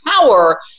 power